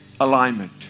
alignment